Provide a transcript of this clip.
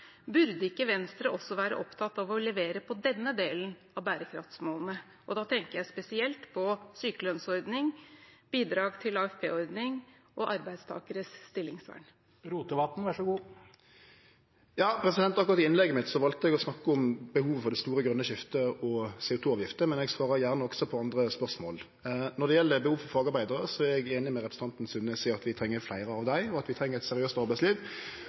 Burde ikke Venstre også være opptatt av å levere på denne delen av bærekraftsmålene? Og da tenker jeg spesielt på sykelønnsordning, bidrag til AFP-ordning og arbeidstakeres stillingsvern. Akkurat i innlegget mitt valde eg å snakke om behovet for det store grøne skiftet og CO 2 -avgifter, men eg svarar gjerne også på andre spørsmål. Når det gjeld behovet for fagarbeidarar, er eg einig med representanten Sundnes i at vi treng fleire av dei, og at vi treng eit seriøst arbeidsliv.